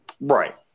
Right